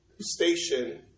station